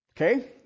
Okay